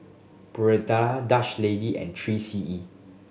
Dutch Lady and Three C E